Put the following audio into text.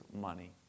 money